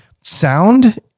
sound